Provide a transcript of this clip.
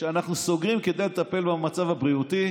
וכשאנחנו סוגרים כדי לטפל במצב הבריאותי,